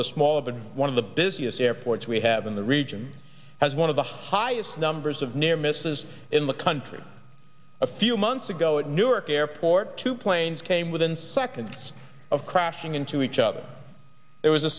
of the small of a one of the busiest airports we have in the region has one of the highest numbers of near misses in the country a few months ago at newark airport two planes came within seconds of crashing into each other there was a